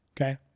okay